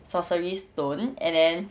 sorcery stone and then